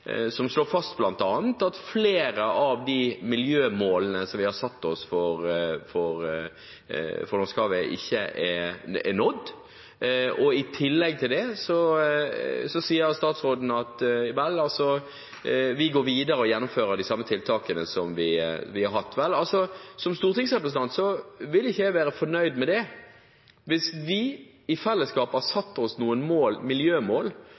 som slår fast bl.a. at flere av de miljømålene som vi har satt oss for Norskehavet, ikke er nådd. I tillegg til det sier statsråden at vi går videre og gjennomfører de samme tiltakene som vi har hatt. Som stortingsrepresentant vil jeg ikke være fornøyd med det. Hvis vi i fellesskap har satt oss noen miljømål